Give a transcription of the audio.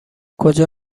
کجا